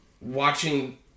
Watching